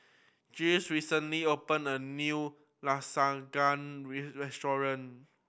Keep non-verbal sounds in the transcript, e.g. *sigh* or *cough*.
*unintelligible* recently opened a new Lasagne *unintelligible* restaurant